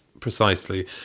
Precisely